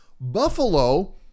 Buffalo